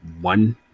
one